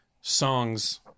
songs